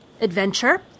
adventure